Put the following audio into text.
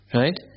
right